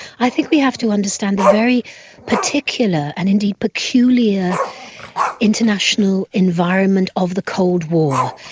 i think we have to understand the very particular and indeed peculiar international environment of the cold war.